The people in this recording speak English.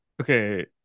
Okay